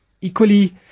Equally